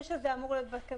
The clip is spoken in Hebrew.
ידעו שזה בקנה,